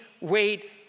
wait